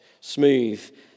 smooth